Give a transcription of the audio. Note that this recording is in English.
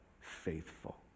faithful